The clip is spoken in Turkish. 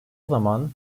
zaman